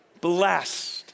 blessed